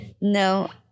no